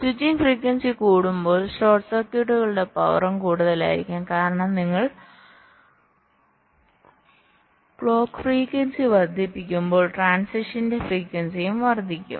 switching frequency കൂടുമ്പോൾഷോർട്ട് സർക്യൂട്ടുകളുടെ പവറും കൂടുതലായിരിക്കും കാരണം നിങ്ങൾ ക്ലോക്ക് ഫ്രീക്വൻസി വർദ്ധിപ്പിക്കുമ്പോൾ ട്രാന്സിഷന്റെയും ഫ്രീക്വൻസിയും വർദ്ധിക്കും